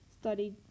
studied